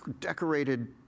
decorated